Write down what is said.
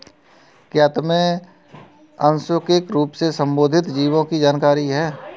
क्या तुम्हें आनुवंशिक रूप से संशोधित जीवों की जानकारी है?